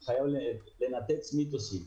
אני חייב לנפץ מיתוסים.